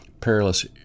perilous